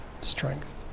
strength